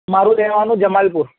મારૂં રહેવાનું જમાલપુર